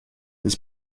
his